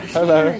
Hello